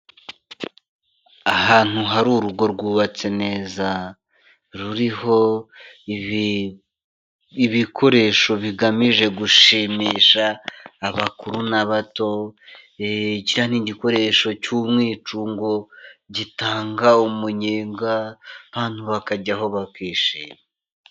ahantu hari urugo rwubatse neza ruriho ibikoresho bigamije gushimisha abakuru n'abato, kiriya n'igikoresho cy'umwicungo gitanga umunyenga abantu bakajyaho bakishima.